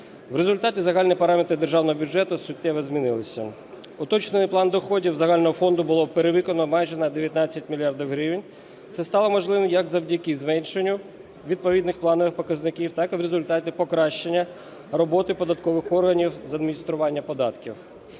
В результаті загальні параметри Державного бюджету суттєво змінилися. Уточнений план доходів загального фонду було перевиконано майже на 19 мільярдів гривень. Це стало можливим як завдяки зменшенню відповідних планових показників, так і в результаті покращення роботи податкових органів з адміністрування податків.